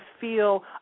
feel